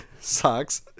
socks